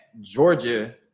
Georgia